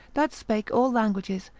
that spake all languages,